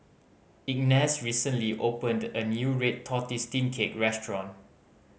Ignatz recently opened a new red tortoise steamed cake restaurant